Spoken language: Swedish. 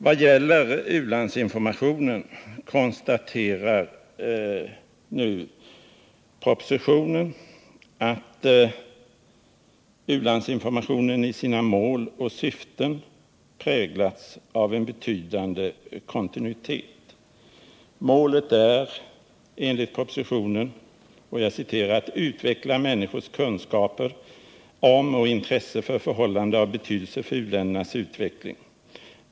Vad gäller u-landsinformationen konstateras nu i propositionen att ”informationsverksamhetens mål och syften —-—-- har präglats av en betydande kontinuitet”. Målet är enligt propositionen ”att utveckla människors kunskaper om och intresse för förhållanden av betydelse för uländernas utveckling.